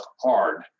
hard